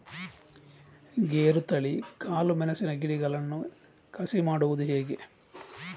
ಗೇರುತಳಿ, ಕಾಳು ಮೆಣಸಿನ ಗಿಡಗಳನ್ನು ಕಸಿ ಮಾಡುವುದು ಹೇಗೆ?